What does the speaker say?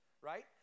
right